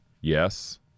Yes